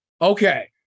Okay